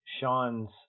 Sean's